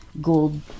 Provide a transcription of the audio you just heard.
gold